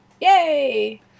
Yay